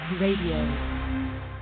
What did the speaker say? RADIO